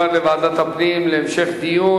לוועדת הפנים להמשך דיון.